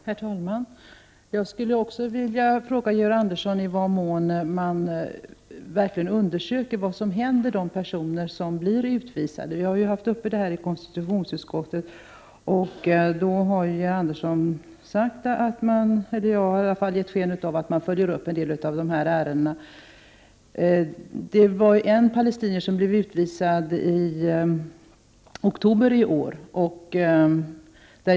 Herr talman! Jag skulle också vilja fråga Georg Andersson i vad mån regeringen verkligen undersöker vad som händer de personer som blir utvisade. Vi har tagit upp detta i konstitutionsutskottet, och då har Georg Andersson i varje fall gett sken av att man följer upp en del av dessa ärenden. En palestinier blev utvisad i oktober i år.